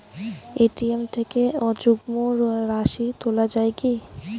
ATM থেকে অযুগ্ম রাশি তোলা য়ায় কি?